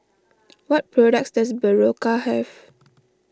what products does Berocca have